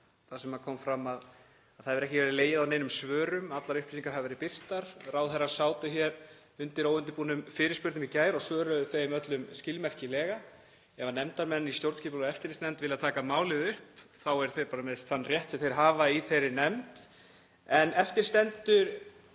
þar sem kom fram að það hefur ekki legið á neinum svörum. Allar upplýsingar hafa verið birtar. Ráðherrar sátu hér undir óundirbúnum fyrirspurnum í gær og svöruðu þeim öllum skilmerkilega. Ef nefndarmenn í stjórnskipunar- og eftirlitsnefnd vilja taka málið upp þá eru þeir bara með þann rétt sem þeir hafa í þeirri nefnd. Eftir stendur